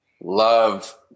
love